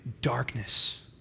darkness